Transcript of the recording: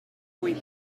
cuit